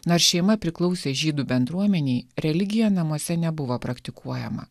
nors šeima priklausė žydų bendruomenei religija namuose nebuvo praktikuojama